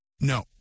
No